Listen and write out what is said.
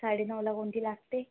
साडेनऊला कोणती लागते